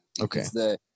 Okay